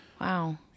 Wow